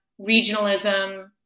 regionalism